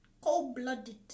cold-blooded